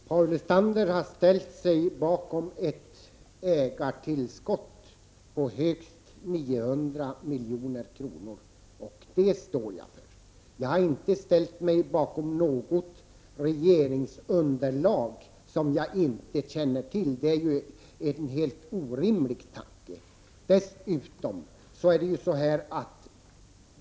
Herr talman! Paul Lestander har ställt sig bakom ett ägartillskott på högst 900 milj.kr. Det står jag för. Jag har inte ställt mig bakom något regeringsunderlag som jag inte känner till. Det är en helt orimlig tanke.